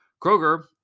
Kroger